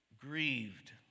grieved